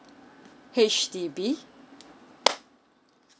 H_D_B